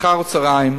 אחר-הצהריים,